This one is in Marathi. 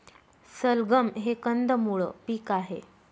सलगम हे कंदमुळ पीक आहे